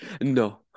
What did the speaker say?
No